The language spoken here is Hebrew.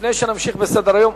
לפני שנמשיך בסדר-היום,